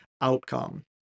outcome